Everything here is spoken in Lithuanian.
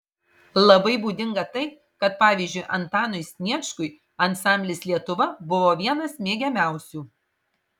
labai būdinga tai kad pavyzdžiui antanui sniečkui ansamblis lietuva buvo vienas mėgiamiausių